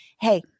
hey